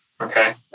okay